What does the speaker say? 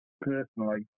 personally